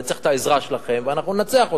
ואני צריך את העזרה שלכם ואנחנו ננצח אותם.